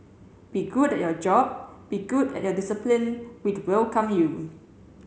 be good at your job be good at your discipline we'd welcome you